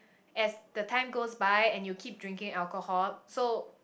as the time goes by and you keep drinking alcohol so